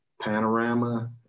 Panorama